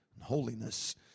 holiness